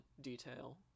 detail